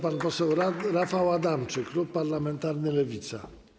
Pan poseł Rafał Adamczyk, klub parlamentarny Lewica.